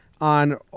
on